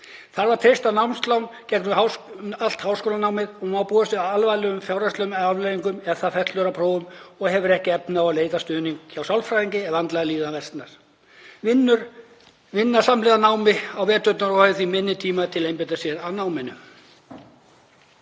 þarf að treysta á námslán í gegnum allt háskólanámið og má búast við alvarlegum fjárhagslegum afleiðingum ef það fellur á prófum og hefur ekki efni á að leita stuðnings hjá sálfræðingi ef andleg líðan versnar, þarf að vinna samhliða námi á veturna og hefur því minni tíma til einbeita sér að náminu.